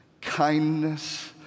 kindness